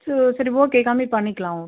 சரி சரி ஓகே கம்மி பண்ணிக்கலாம்